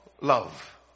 love